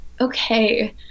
Okay